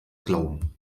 glauben